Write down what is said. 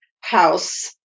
house